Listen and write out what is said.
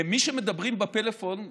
מי שמדברים בפלאפון באולם,